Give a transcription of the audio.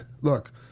look